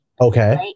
Okay